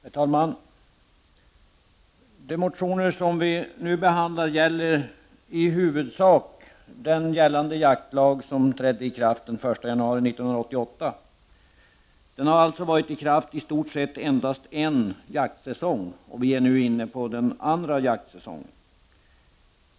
Herr talman! De motioner som vi nu behandlar gäller i huvudsak den jaktlag som trädde i kraft den 1 januari 1988. Den har alltså varit i kraft i stort sett endast en jaktsäsong — vi är nu inne på den andra.